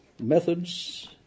methods